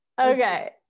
Okay